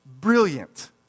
brilliant